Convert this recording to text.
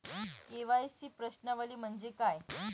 KYC प्रश्नावली म्हणजे काय?